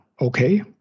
okay